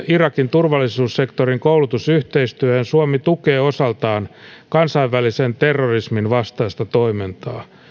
irakin turvallisuussektorin koulutusyhteistyöhön suomi tukee osaltaan kansainvälisen terrorismin vastaista toimintaa